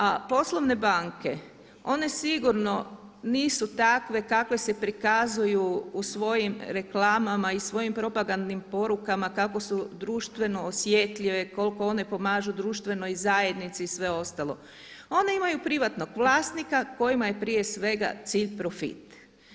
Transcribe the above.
A poslovne banke one sigurno nisu takve kakve se prikazuju u svojim reklamama i svojim propagandnim porukama kako su društveno osjetljive, koliko one pomažu društvenoj zajednici i sve ostale, one imaju privatnog vlasnika kojima je prije svega cilj profit.